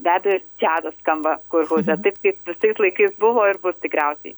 be abejo ir džiazas skamba kurhauze taip kaip visais laikais buvo ir bus tikriausiai